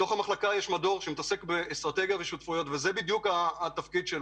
בתוכה יש מדור שמתעסק באסטרטגיה ושותפויות וזה בדיוק התפקיד שלו,